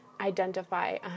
identify